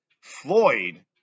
Floyd